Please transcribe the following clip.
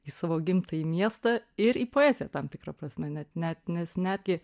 į savo gimtąjį miestą ir į poeziją tam tikra prasme net net nes netgi